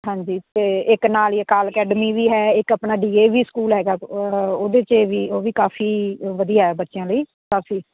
ਹਾਂਜੀ ਅਤੇ ਇੱਕ ਨਾਲ ਹੀ ਅਕਾਲ ਅਕੈਡਮੀ ਵੀ ਹੈ ਇੱਕ ਆਪਣਾ ਡੀ ਏ ਵੀ ਸਕੂਲ ਹੈਗਾ ਉਹਦੇ 'ਚ ਵੀ ਉਹ ਵੀ ਕਾਫੀ ਵਧੀਆ ਬੱਚਿਆਂ ਲਈ ਕਾਫੀ